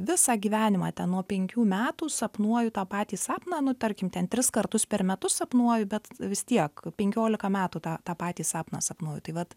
visą gyvenimą ten nuo penkių metų sapnuoju tą patį sapną nu tarkim ten tris kartus per metus sapnuoju bet vis tiek penkiolika metų tą tą patį sapną sapnuoju tai vat